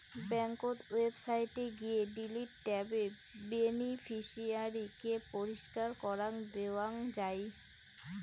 ব্যাংকোত ওয়েবসাইটে গিয়ে ডিলিট ট্যাবে বেনিফিশিয়ারি কে পরিষ্কার করাং দেওয়াং যাই